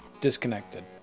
Disconnected